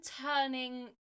turning